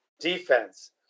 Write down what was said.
defense